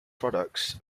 products